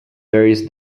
various